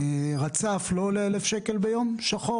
רצף לא עולה 1,000 שקלים ביום בשחור?